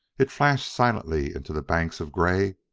it flashed silently into the banks of gray,